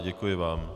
Děkuji vám.